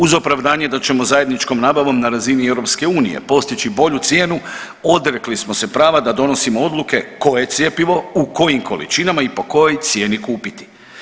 Uz opravdanje da ćemo zajedničkom nabavi na razini EU postići bolju cijenu odrekli smo se prava da donosimo odluke koje cjepivo, u kojim količinama i po kojoj cijeni kupiti.